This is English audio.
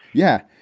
yeah.